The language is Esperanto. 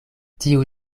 tiu